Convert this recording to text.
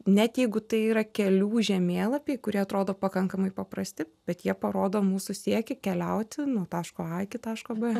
net jeigu tai yra kelių žemėlapiai kurie atrodo pakankamai paprasti bet jie parodo mūsų siekį keliauti nuo taško a iki taško b